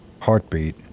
heartbeat